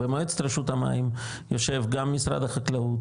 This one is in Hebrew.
במועצת רשות המים יושב גם משרד החקלאות